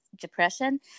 depression